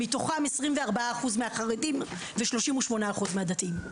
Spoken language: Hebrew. מתוכם 24 מהחרדים ו-38% מהדתיים.